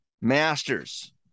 Masters